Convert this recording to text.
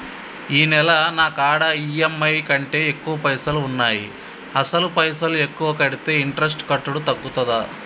ఈ నెల నా కాడా ఈ.ఎమ్.ఐ కంటే ఎక్కువ పైసల్ ఉన్నాయి అసలు పైసల్ ఎక్కువ కడితే ఇంట్రెస్ట్ కట్టుడు తగ్గుతదా?